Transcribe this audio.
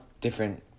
different